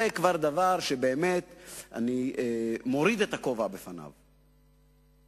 זה כבר דבר שבאמת אני מוריד בפניו את הכובע,